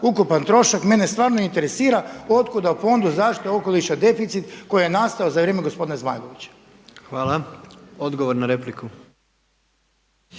ukupan trošak. Mene stvarno interesira od kuda Fondu za zaštitu okoliša deficit koji je nastao za vrijeme gospodina Zmajlovića? **Jandroković,